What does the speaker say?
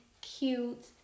cute